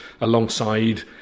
alongside